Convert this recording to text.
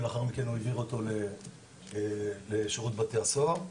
ולאחר מכן הוא העביר אותו לשירות בתי הסוהר.